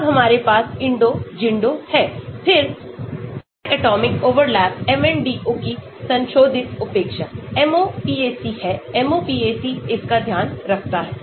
तब हमारे पास INDO ZINDO है फिर डायटोमिक ओवरलैप MNDO की संशोधित उपेक्षा MOPAC है MOPAC इसका ध्यान रखता है